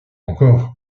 encore